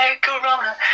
Corona